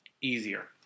easier